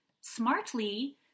smartly